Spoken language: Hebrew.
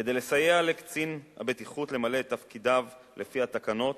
כדי לסייע לקצין הבטיחות למלא את תפקידיו לפי התקנות,